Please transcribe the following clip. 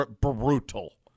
brutal